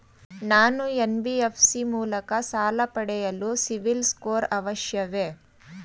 ನಾನು ಎನ್.ಬಿ.ಎಫ್.ಸಿ ಮೂಲಕ ಸಾಲ ಪಡೆಯಲು ಸಿಬಿಲ್ ಸ್ಕೋರ್ ಅವಶ್ಯವೇ?